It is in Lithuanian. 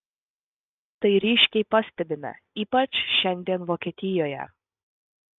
tai ryškiai pastebime ypač šiandien vokietijoje